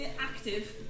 active